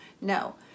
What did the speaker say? No